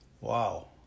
Wow